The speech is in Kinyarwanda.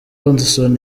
hudson